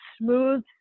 smooth